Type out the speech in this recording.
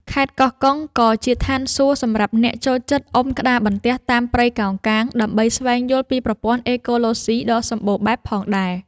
ខេត្តកោះកុងក៏ជាឋានសួគ៌សម្រាប់អ្នកចូលចិត្តអុំក្តារបន្ទះតាមព្រៃកោងកាង ដើម្បីស្វែងយល់ពីប្រព័ន្ធអេកូឡូស៊ីដ៏សម្បូរបែបផងដែរ។